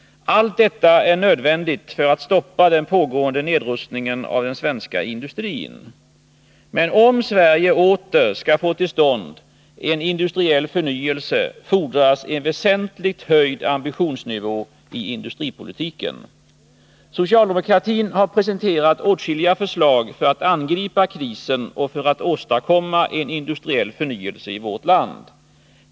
Allt detta är nödvändigt för att stoppa den pågående nedrustningen av den svenska industrin. Men om Sverige åter skall få till stånd en industriell förnyelse fordras en väsentligt höjd ambitionsnivå i industripolitiken. Socialdemokratin har presenterat åtskilliga förslag för att angripa krisen och för att åstadkomma en industriell förnyelse i vårt land.